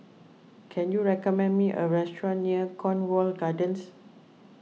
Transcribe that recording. can you recommend me a restaurant near Cornwall Gardens